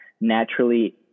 naturally